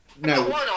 No